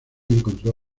encontró